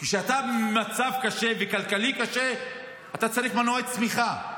כשאתה במצב כלכלי קשה, אתה צריך מנועי צמיחה,